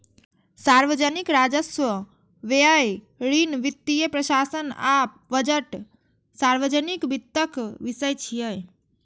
सार्वजनिक राजस्व, व्यय, ऋण, वित्तीय प्रशासन आ बजट सार्वजनिक वित्तक विषय छियै